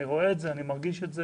אני רואה את זה, אני מרגיש את זה